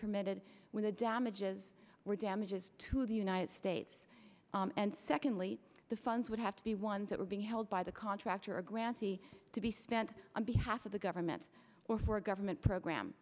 permitted when the damages were damages to the united states and secondly the funds would have to be ones that were being held by the contractor a grantee to be spent on behalf of the government or for a government program